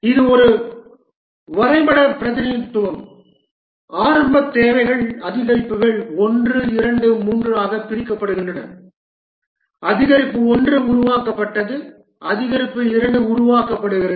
இது ஒரு வரைபட பிரதிநிதித்துவம் ஆரம்ப தேவைகள் அதிகரிப்புகள் 1 2 3 ஆக பிரிக்கப்படுகின்றன அதிகரிப்பு 1 உருவாக்கப்பட்டது அதிகரிப்பு 2 உருவாக்கப்படுகிறது